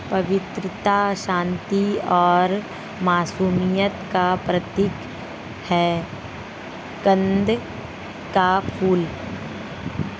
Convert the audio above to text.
पवित्रता, शांति और मासूमियत का प्रतीक है कंद का फूल